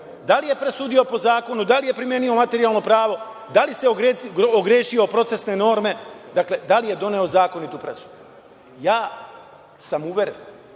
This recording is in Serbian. Da li je presudio po zakonu, da li je primenio materijalno pravo, da li se ogrešio o procesne norme, dakle, da li je doneo zakonitu presudu. Uveren